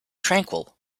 tranquil